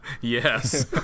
Yes